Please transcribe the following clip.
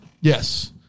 yes